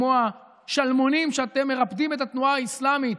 כמו השלמונים שבהם אתם מרפדים את התנועה האסלאמית,